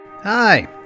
Hi